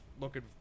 looking